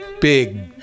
big